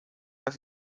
dass